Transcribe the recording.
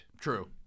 True